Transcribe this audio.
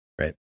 right